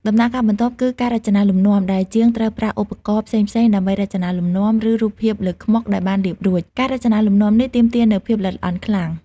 ដំណាក់កាលបន្ទាប់គឺ ការរចនាលំនាំ ដែលជាងត្រូវប្រើឧបករណ៍ផ្សេងៗដើម្បីរចនាលំនាំ ឬរូបភាពលើខ្មុកដែលបានលាបរួច ការរចនាលំនាំនេះទាមទារនូវភាពល្អិតល្អន់ខ្លាំង ។